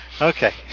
Okay